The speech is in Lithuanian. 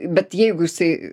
bet jeigu jisai